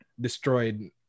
destroyed